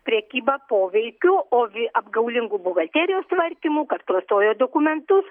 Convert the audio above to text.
prekyba poveikiu o vi apgaulingu buhalterijos tvarkymu kad klastoja dokumentus